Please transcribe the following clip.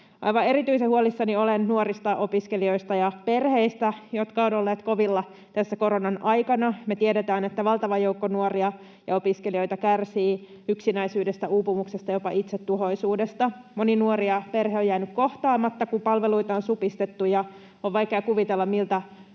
Aivan erityisen huolissani olen nuorista opiskelijoista ja perheistä, jotka ovat olleet kovilla tässä koronan aikana. Me tiedetään, että valtava joukko nuoria ja opiskelijoita kärsii yksinäisyydestä, uupumuksesta, jopa itsetuhoisuudesta. Moni nuori ja perhe on jäänyt kohtaamatta, kun palveluita on supistettu, ja on vaikea kuvitella, miltä